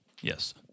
Yes